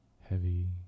heavy